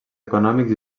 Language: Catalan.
econòmics